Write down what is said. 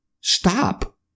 Stop